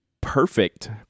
perfect